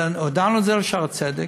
הודענו את זה ל"שערי צדק".